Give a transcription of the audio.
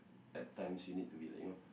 at times you need to be like you know